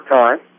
time